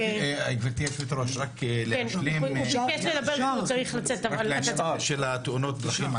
כדי להשלים את עניין התאונות דרכים,